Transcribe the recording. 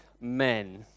men